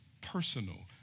personal